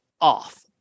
off